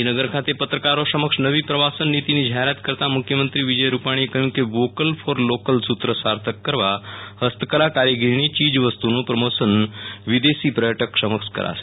ગાંધીનગર ખાતે પત્રકારો સમક્ષ નવી પ્રવાસન નીતિની જાહેરાત કરતાં મુખ્યમંત્રી વિજય રૂપાણીએ કહ્યું હતું કે વોકલ ફોર લોકલ સૂત્ર સાર્થક કરવા હસ્ત કલ કારીગરીની ચીજવસ્તુઓનું પ્રમોશન વિદેશી પર્થટક સમક્ષ કરાશે